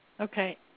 Okay